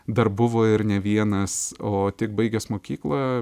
dar buvo ir ne vienas o tik baigęs mokyklą